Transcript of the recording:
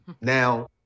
Now